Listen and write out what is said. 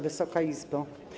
Wysoka Izbo!